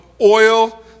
oil